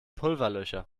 pulverlöscher